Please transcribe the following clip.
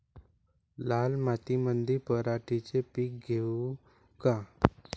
लाल मातीमंदी पराटीचे पीक घेऊ का?